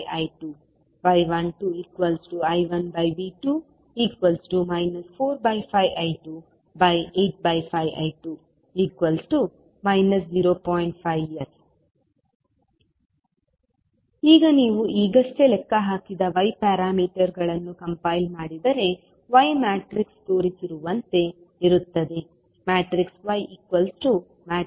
5S ನೋಡಿ slide ಸಮಯ 1957 ಈಗ ನೀವು ಈಗಷ್ಟೇ ಲೆಕ್ಕ ಹಾಕಿದ y ಪ್ಯಾರಾಮೀಟರ್ಗಳನ್ನು ಕಂಪೈಲ್ ಮಾಡಿದರೆ y ಮ್ಯಾಟ್ರಿಕ್ಸ್ ತೋರಿಸಿರುವಂತೆ ಇರುತ್ತದೆ y0